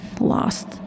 lost